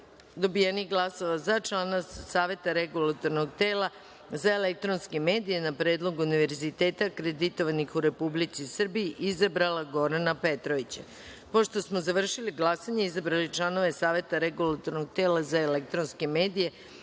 dobijenih glasova, za člana Saveta regulatornog tela za elektronske medije na predlog univerziteta akreditovanih u Republici Srbiji izabrala Gorana Petrovića. Pošto smo završili glasanje i izabrali članove Saveta regulatornog tela za elektronske medije,